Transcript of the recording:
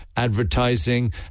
advertising